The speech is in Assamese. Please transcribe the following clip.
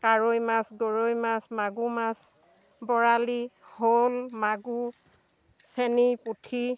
কাৱৈ মাছ গৰৈ মাছ মাগুৰ মাছ বৰালি শ'ল মাগুৰ চেনী পুঠি